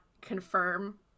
confirm